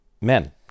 men